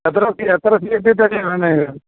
എത്ര തടിയാണ് വേണ്ടത് നിങ്ങൾക്ക്